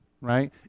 right